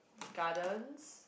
gardens